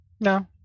No